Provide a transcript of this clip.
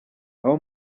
abo